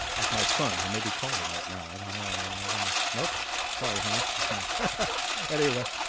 like my son who may be calling right now i don't know yeah my goodness nope sorry honey that's my anyway